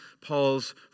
Paul's